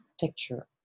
picture